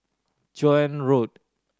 Joan Road